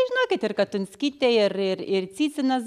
žinokit ir katunskytė ir ir ir cicinas